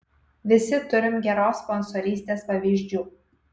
visi turim geros sponsorystės pavyzdžių